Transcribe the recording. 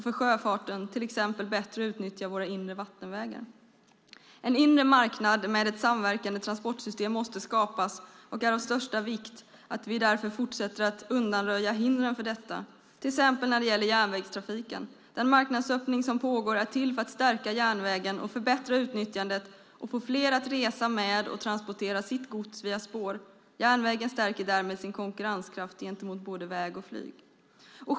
För sjöfarten kan det till exempel ske genom att bättre utnyttja våra inre vattenvägar. En inre marknad med ett samverkande transportsystem måste skapas. Det är därför av största vikt att vi fortsätter att undanröja hindren för detta till exempel när det gäller järnvägstrafiken. Den marknadsöppning som pågår är till för att stärka järnvägen, förbättra utnyttjandet och få fler att resa med järnväg och transportera sitt gods via spår. Järnvägen stärker därmed sin konkurrenskraft gentemot både väg och flyg.